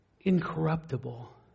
incorruptible